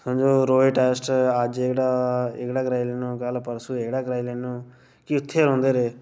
समझो रोज टैस्ट अज्ज एह्ड़ा एह्ड़ा कराई लैना कल परसूं एह्ड़ा कराई आह्नो कि उत्थै गै रौंह्दे रेह्